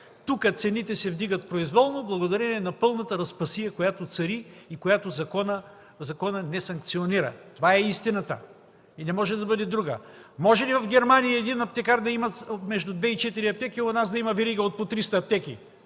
тук цените се вдигат произволно, благодарение на пълната разпасия, която цари и която законът не санкционира. Това е истината и не може да бъде друга! Може ли в Германия един аптекар да има между две и четири аптеки, а у нас да има верига от по 300 аптеки?